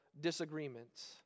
disagreements